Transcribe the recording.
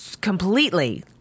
completely